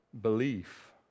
belief